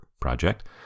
project